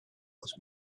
was